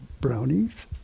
brownies